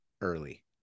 early